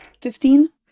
Fifteen